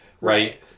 Right